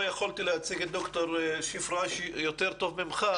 לא יכולתי להציג את ד"ר שפרה אש יותר טוב ממך,